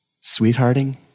Sweethearting